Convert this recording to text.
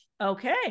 Okay